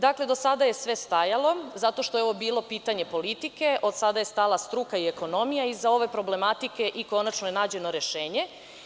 Dakle, do sada je sve stajalo zato što je ovo bilo pitanje politike, od sada je stala struka i ekonomija i za ove problematike i konačno je nađeno rešenje.